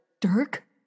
Dirk